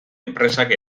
enpresak